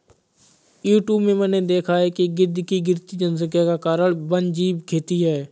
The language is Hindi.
यूट्यूब में मैंने देखा है कि गिद्ध की गिरती जनसंख्या का कारण वन्यजीव खेती है